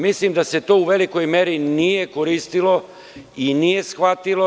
Mislim da se to u velikoj meri nije koristilo i nije shvatilo.